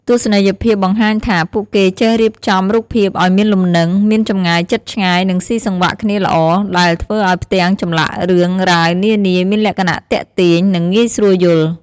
ទស្សនីយភាពបង្ហាញថា ពួកគេចេះរៀបចំរូបភាពឱ្យមានលំនឹង មានចម្ងាយជិតឆ្ងាយ និងស៊ីសង្វាក់គ្នាល្អ ដែលធ្វើឱ្យផ្ទាំងចម្លាក់រឿងរ៉ាវនានាមានលក្ខណៈទាក់ទាញ និងងាយស្រួលយល់។